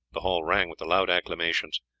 the hall rang with the loud acclamations,